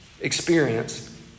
experience